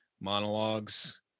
monologues